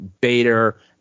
Bader